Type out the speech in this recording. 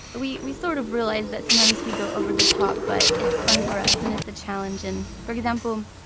we we sort of realize that sometimes we go over the top, but it's fun for us, and it's a challenge and for example,